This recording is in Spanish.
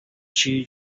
chi